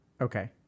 Okay